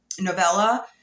novella